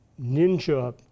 ninja